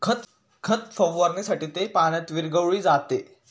खत फवारणीसाठी ते पाण्यात विरघळविले जाते